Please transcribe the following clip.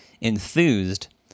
enthused